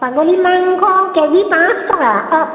ছাগলী মাংস K G পাঁচ টকা অ'